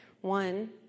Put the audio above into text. One